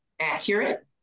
accurate